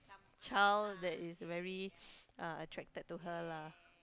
child that is very uh attracted to her lah